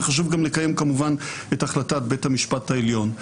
וחשוב גם לקיים כמובן את החלטת בית המשפט העליון.